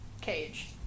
cage